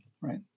right